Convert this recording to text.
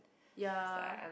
ya